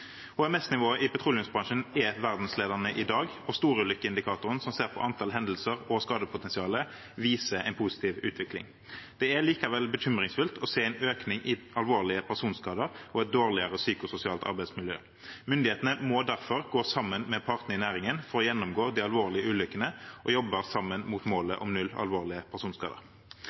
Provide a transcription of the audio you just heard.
HMS-nivået i petroleumsbransjen er verdensledende i dag, og storulykkeindikatoren, som ser på antall hendelser og skadepotensial, viser en positiv utvikling. Det er likevel bekymringsfullt å se en økning i alvorlige personskader og et dårligere psykososialt arbeidsmiljø. Myndighetene må derfor gå sammen med partene i næringen om å gjennomgå de alvorlige ulykkene og jobbe sammen mot målet om null alvorlige personskader.